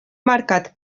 marcat